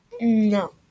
No